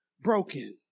broken